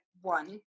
one